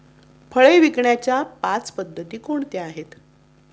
फळे विकण्याच्या पाच पद्धती कोणत्या आहेत?